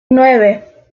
nueve